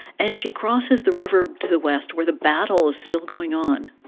and she crosses the river to the west, where the battle is still going on.